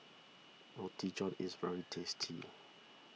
Roti John is very tasty